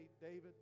david